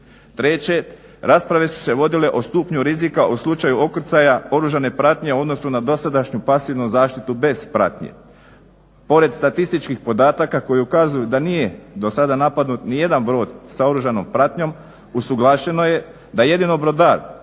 Treće, rasprave su se vodile o stupnju rizika u slučaju ukrcaja oružane pratnje u odnosu na dosadašnju pasivnu zaštitu bez pratnje. Pored statističkih podataka koji ukazuju da nije dosada napadnut nijedan brod sa oružanom pratnjom usuglašeno je da jedino brodar